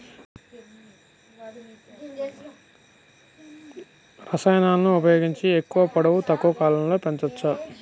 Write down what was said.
రసాయనాలను ఉపయోగించి ఎక్కువ పొడవు తక్కువ కాలంలో పెంచవచ్చా?